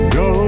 go